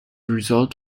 result